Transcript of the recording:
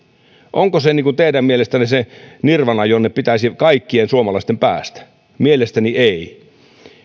onko se teidän mielestänne se nirvana jonne pitäisi kaikkien suomalaisten päästä mielestäni ei